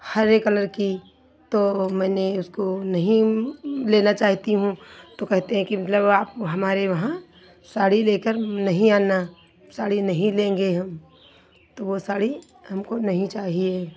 हरे colour की तो मैंने उसको नहीं लेना चाहती हूँ तो कहते हैं कि मतलब आप हमारे वहाँ साड़ी लेकर नहीं आना साड़ी नहीं लेंगे हम तो वो साड़ी हमको नहीं चाहिए